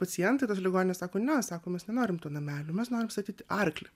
pacientai tos ligonės sako ne sako mes nenorim tų namelių mes norim statyt arklį